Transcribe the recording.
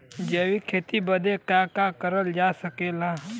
जैविक खेती बदे का का करल जा सकेला?